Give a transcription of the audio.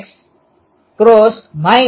minus Z0 ar cross minus H